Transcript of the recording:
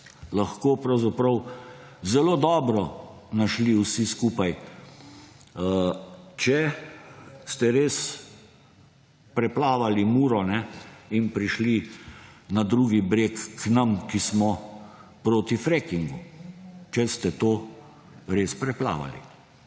lahko pravzaprav zelo dobro našli vsi skupaj, če ste res preplavali Muro in prišli na drugi breg, k nam, ki smo proti frekingu, če ste to res preplavali.